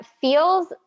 feels